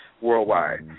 worldwide